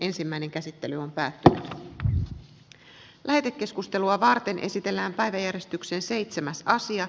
muualta ei tänne runsain määrin ole rynnijöitä tulossa eikä tullut